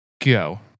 go